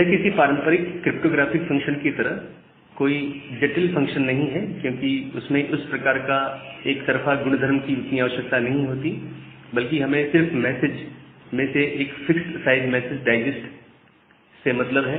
यह किसी पारंपरिक क्रिप्टोग्राफिक फंक्शन की तरह कोई जटिल फंक्शन नहीं है क्योंकि इसमें उस प्रकार के एक तरफा गुणधर्म की उतनी आवश्यकता नहीं होती है बल्कि हमें तो सिर्फ मैसेज में से एक फ़िक्स साइज मैसेज डाइजेस्ट से मतलब है